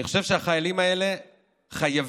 אני חושב שהחיילים האלה חייבים